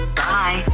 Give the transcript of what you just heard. bye